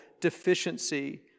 deficiency